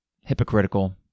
Hypocritical